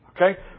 okay